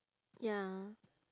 ya